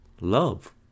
love